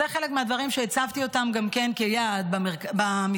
זה חלק מהדברים שהצבתי גם כן כיעד במשרד.